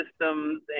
systems